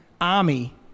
army